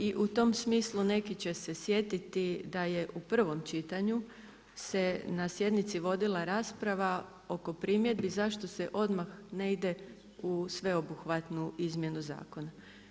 I u tom smislu neki će se sjetiti da je u prvom čitanju se na sjednici vodila rasprava oko primjedbi zašto se odmah ne ide u sveobuhvatnu izmjenu zakona.